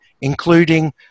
including